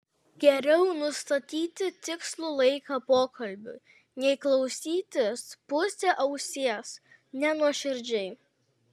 geriau nustatyti tikslų laiką pokalbiui nei klausytis puse ausies nenuoširdžiai